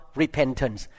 repentance